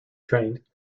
trained